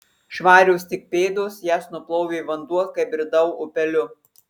švarios tik pėdos jas nuplovė vanduo kai bridau upeliu